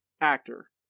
actor